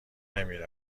نمیره